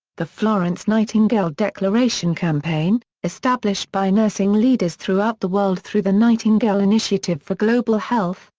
the florence nightingale declaration campaign, established by nursing leaders throughout the world through the nightingale initiative for global health,